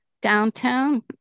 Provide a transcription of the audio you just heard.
downtown